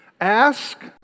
Ask